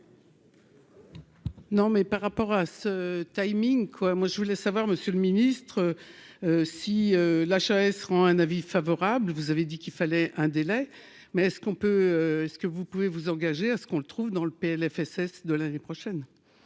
Non, mais par rapport à ce timing quoi moi je voulais savoir, Monsieur le Ministre, si l'HAS rend un avis favorable, vous avez dit qu'il fallait un délai, mais ce qu'on peut, ce que vous pouvez vous engager à ce qu'on le trouve dans le PLFSS de l'année prochaine